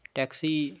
taxi